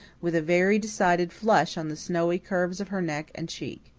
with a very decided flush on the snowy curves of her neck and cheek.